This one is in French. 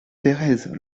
thérèse